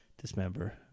dismember